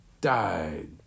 died